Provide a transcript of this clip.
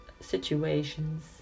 situations